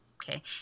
okay